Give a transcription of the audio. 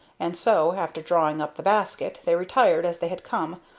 and so, after drawing up the basket, they retired as they had come,